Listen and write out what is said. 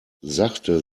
sachte